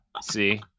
See